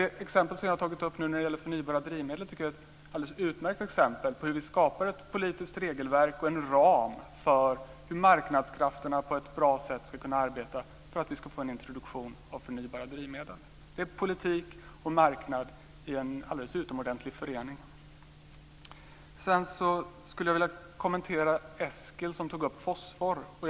Det exempel som jag har tagit upp när det gäller förnybara drivmedel tycker jag är ett alldeles utmärkt exempel på hur vi skapar ett politiskt regelverk och en ram för hur marknadskrafterna på ett bra sätt ska kunna arbeta för att vi ska få en introduktion av förnybara drivmedel. Det är politik och marknad i en alldeles utomordentlig förening. Jag vill också kommentera det som Eskil tog upp om fosfor.